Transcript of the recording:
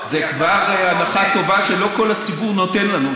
זו כבר הנחה שלא כל הציבור נותן לנו,